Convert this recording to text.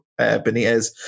Benitez